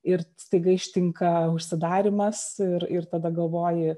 ir staiga ištinka užsidarymas ir ir tada galvoji